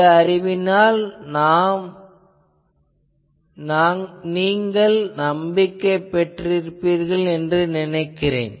இந்த அறிவினால் நீங்கள் நம்பிக்கை பெற்றிருப்பீர்கள் என நினைக்கிறேன்